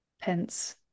pence